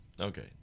Okay